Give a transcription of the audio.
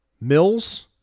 Mills